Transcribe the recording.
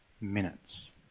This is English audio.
minutes